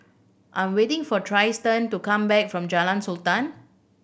I'm waiting for Trystan to come back from Jalan Sultan